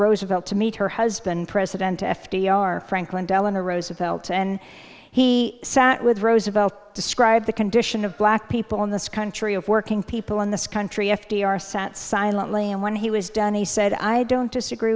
roosevelt to meet her husband president f d r franklin delano roosevelt and he sat with roosevelt describe the condition of black people in this country of working people in this country f d r sat silently and when he was done he said i don't disagree